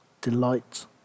delight